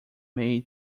made